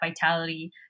vitality